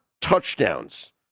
touchdowns